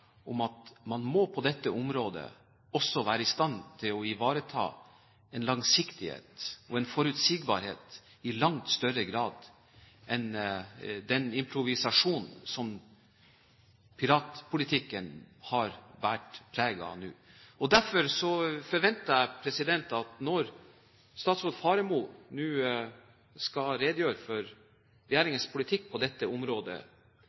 om at man på dette området også må være i stand til å ivareta en langsiktighet og en forutsigbarhet i langt større grad enn den improvisasjon som piratpolitikken har båret preg av nå. Derfor forventer jeg at statsråd Faremo, når hun nå skal redegjøre for regjeringens politikk på dette området,